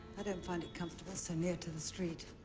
i don't find it comfortable so near to the street.